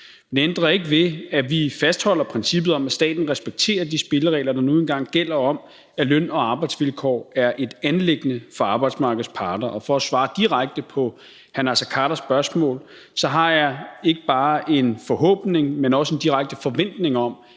Det ændrer ikke ved, at vi fastholder princippet om, at staten respekterer de spilleregler, der nu engang gælder, om, at løn- og arbejdsvilkår er et anliggende for arbejdsmarkedets parter. Og for at svare direkte på hr. Naser Khaders spørgsmål har jeg ikke bare en forhåbning, men også en direkte forventning om,